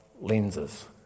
lenses